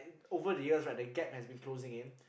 over the years right the gaps has been closing in